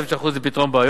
תוספת של 1% לפתרון בעיות.